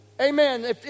amen